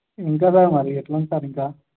ఇంకా సార్ మరి ఎట్లా ఉంటారు సార్ ఇంక